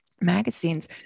magazines